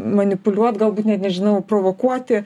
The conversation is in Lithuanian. manipuliuot galbūt ne nežinau provokuoti